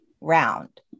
round